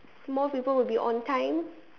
more people will be on time